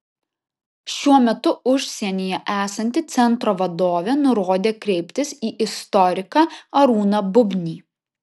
šiuo metu užsienyje esanti centro vadovė nurodė kreiptis į istoriką arūną bubnį